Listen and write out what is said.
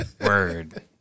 Word